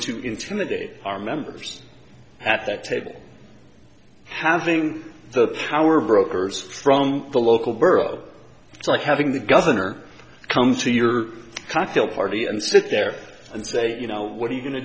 to intimidate our members at that table having the power brokers from the local borough it's like having the governor come to your cocktail party and sit there and say you know what are you going to